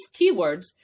keywords